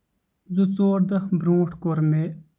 زٕ ژور دۄہ برونٹھ کوٚر مےٚ